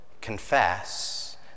confess